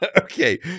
Okay